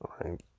right